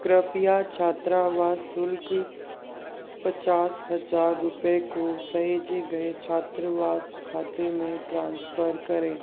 कृपया छात्रावास शुल्क पचास हज़ार रुपये को सहेजे गए छात्रावास खाते में ट्रांसफ़र करें